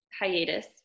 hiatus